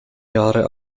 jahre